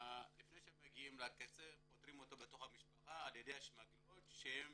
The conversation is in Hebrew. לפני שמגיעים לקצה פותרים את הסכסוך בתוך המשפחה על-ידי השמגלוץ' שהם